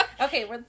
Okay